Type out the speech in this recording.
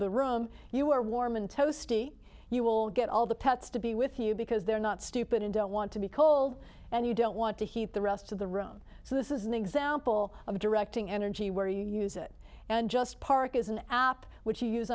the room you are warm and toasty you will get all the pets to be with you because they're not stupid and don't want to be cold and you don't want to heat the rest of the room so this is an example of directing energy where you use it and just park is an app which you use